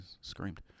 Screamed